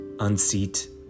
Unseat